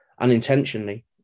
unintentionally